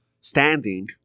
standing